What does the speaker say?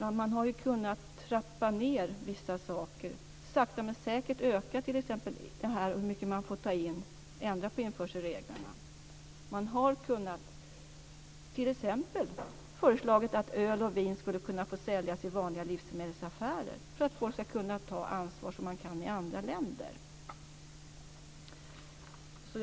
Men man hade ju kunnat trappa ned vissa saker och sakta men säkert t.ex. öka den mängd alkohol som får föras in, dvs. ändra på införselreglerna. Man hade t.ex. kunnat föreslå att öl och vin skulle kunna få säljas i vanliga livsmedelsaffärer för att människor ska kunna ta ansvar på det sätt som människor i andra länder kan göra.